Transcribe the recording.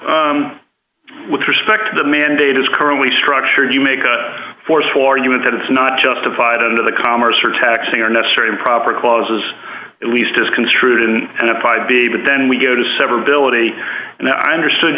was with respect to the mandate is currently structured you make a forceful argument that it's not justified under the commerce or taxing or necessary improper clauses at least as construed in a five day but then we go to severability and i understood